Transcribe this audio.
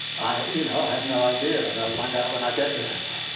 i you know have no idea. and i'll find out when i get there.